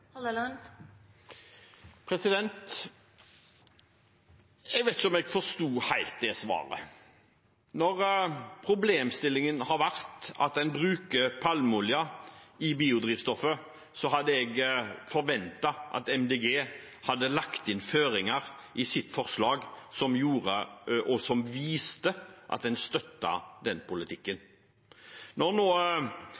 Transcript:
Jeg vet ikke om jeg helt forsto det svaret. Når problemstillingen har vært at en bruker palmeolje i biodrivstoffet, hadde jeg forventet at Miljøpartiet De Grønne hadde lagt inn føringer i sitt forslag som viste at en støttet den politikken.